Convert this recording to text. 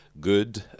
good